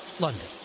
london.